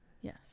Yes